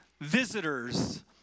visitors